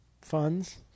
funds